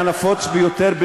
כדורגל משחקים 90 דקות, ידידי.